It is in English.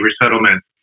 resettlement